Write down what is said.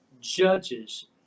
Judges